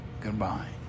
goodbye